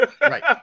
Right